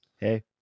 Hey